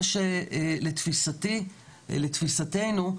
מכיוון שלתפיסתנו,